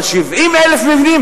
אבל 70,000 מבנים?